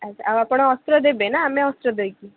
ଆଚ୍ଛା ଆଉ ଆପଣ ଅସ୍ତ୍ର ଦେବେନା ଆମେ ଅସ୍ତ୍ର ଦେଇକି